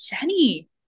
jenny